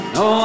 no